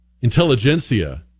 intelligentsia